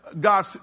God